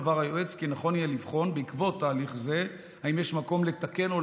סבר היועץ כי נכון יהיה לבחון בעקבות תהליך זה אם יש מקום לתקן או